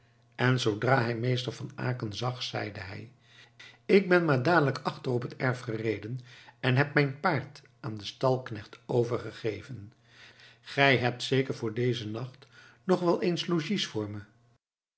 en zoodra hij meester van aecken zag zeide hij ik ben maar dadelijk achter op het erf gereden en heb mijn paard aan den stalknecht overgegeven gij hebt zeker voor dezen nacht nog wel eens logies voor me